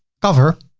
cover